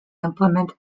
implement